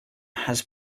had